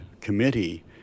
committee